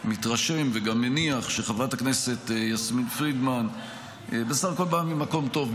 מתרשם וגם מניח שחברת הכנסת יסמין פרידמן בסך הכול באה ממקום טוב,